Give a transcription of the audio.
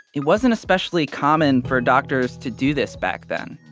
it wasn't especially common for doctors to do this back then.